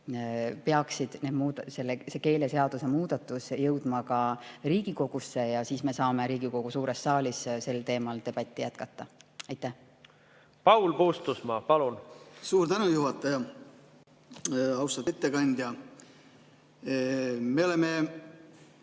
peaks see keeleseaduse muudatus jõudma Riigikogusse ja siis me saame Riigikogu suures saalis sel teemal debatti jätkata. Paul Puustusmaa, palun! Paul Puustusmaa, palun! Suur tänu, juhataja! Austatud ettekandja! Me oleme